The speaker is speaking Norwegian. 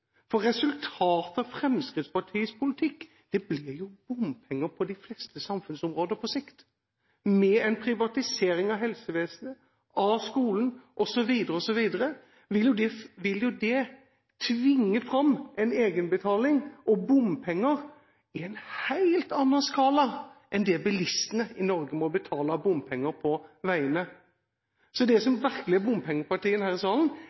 for resultatet av Fremskrittspartiets politikk blir jo bompenger på de fleste samfunnsområder på sikt. Med en privatisering av helsevesenet, av skolen osv., osv., vil det jo tvinge seg fram en egenbetaling – og bompenger – i en helt annen skala enn det bilistene i Norge må betale av bompenger på veiene. Så det som virkelig er bompengepartiet i denne salen,